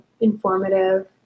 informative